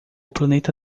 planeta